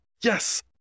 Yes